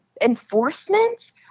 enforcement